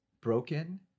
broken